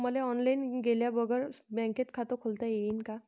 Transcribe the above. मले ऑनलाईन गेल्या बगर बँकेत खात खोलता येईन का?